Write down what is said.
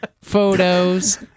photos